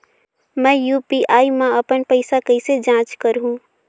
मैं यू.पी.आई मा अपन पइसा कइसे जांच करहु?